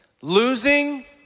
Losing